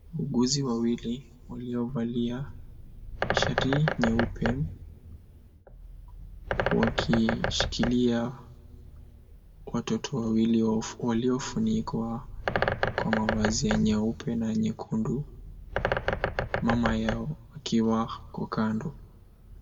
Wauguzi wawili waliovalia shati nyeupu, wakishikilia watoto wawili waliofunikwa kwa mavazi nyeupe na nyekundu, mama yao akiwa ako kando.